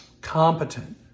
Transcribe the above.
competent